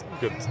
good